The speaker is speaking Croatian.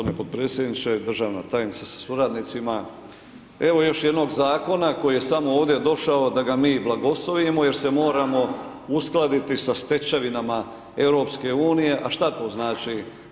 Hvala g. potpredsjedniče, državna tajnice sa suradnicima, evo još jednog zakona, koji je samo ovdje došao, da ga mi blagoslovimo, jer se moramo uskladiti sa stečevinama EU a šta to znači?